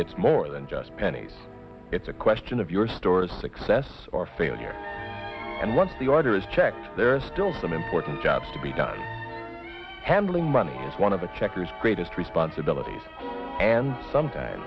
it's more than just pennies it's a question of your store's success or failure and once the order is checked there are still some important jobs to be done handling money is one of the checkers greatest responsibilities and sometimes